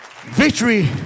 Victory